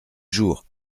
jour